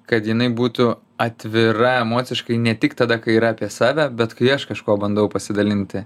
kad jinai būtų atvira emociškai ne tik tada kai yra apie save bet kai aš kažkuo bandau pasidalinti